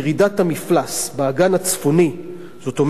מירידת המפלס באגן הצפוני זאת אומרת,